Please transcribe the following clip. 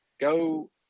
go